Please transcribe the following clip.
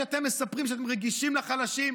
שמספרים שאתם רגישים לחלשים,